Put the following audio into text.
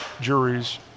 juries